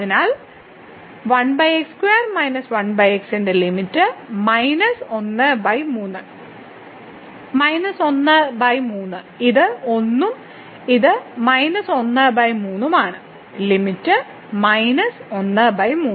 അതിനാൽ 13 ഇത് 1 ഉം ഇത് 13 ഉം ആണ് ലിമിറ്റ് 13